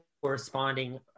corresponding